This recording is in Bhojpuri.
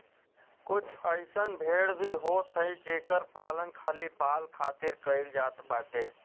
कुछ अइसन भेड़ भी होत हई जेकर पालन खाली बाल खातिर कईल जात बाटे